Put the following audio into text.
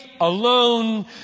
alone